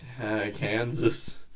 Kansas